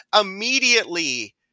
Immediately